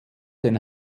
den